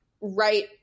right